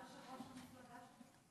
איפה יושב-ראש המפלגה שלך?